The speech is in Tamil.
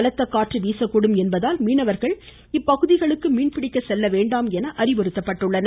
பலத்த காற்று வீசக்கூடும் என்பதால் மீனவர்கள் மீன் பிடிக்க செல்ல வேண்டாம் என அறிவுறுத்தப்பட்டுள்ளனர்